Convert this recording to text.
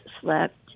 slept